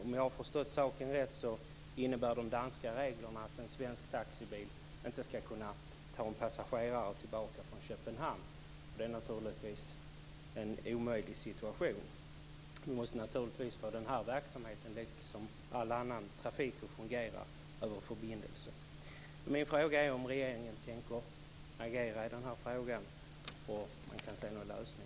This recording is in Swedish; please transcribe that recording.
Om jag har förstått saken rätt innebär de danska reglerna att en svensk taxibil inte skall kunna ta passagerare tillbaka från Köpenhamn. Det är naturligtvis en omöjlig situation. Vi måste få den här verksamheten, liksom all annan trafik, att fungera över förbindelsen.